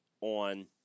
on